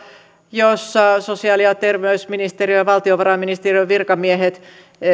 jossa sosiaali ja terveysministeriön ja valtiovarainministeriön virkamiehet